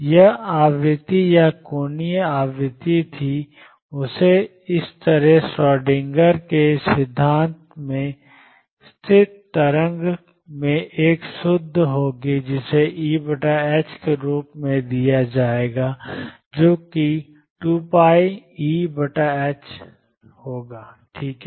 और वह आवृत्ति या कोणीय आवृत्ति थी उसी तरह श्रोडिंगर के सिद्धांत में स्थिर तरंगों में एक शुद्ध होगा जिसे Eके रूप में दिया जाएगा जो कि 2πEh ठीक है